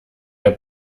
der